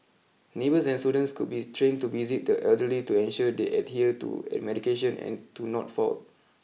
neighbours and students could be trained to visit the elderly to ensure they adhere to medication and do not fall